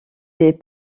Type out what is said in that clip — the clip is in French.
des